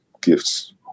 gifts